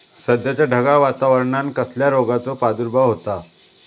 सध्याच्या ढगाळ वातावरणान कसल्या रोगाचो प्रादुर्भाव होता?